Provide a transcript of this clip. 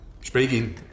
speaking